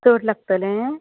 चड लागतलें